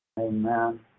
Amen